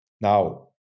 Now